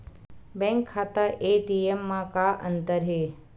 Bank खाता ATM मा का अंतर हे?